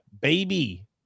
baby